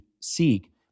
seek